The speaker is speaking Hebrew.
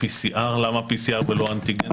למה PCR ולא אנטיגן?